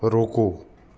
रोको